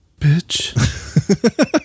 Bitch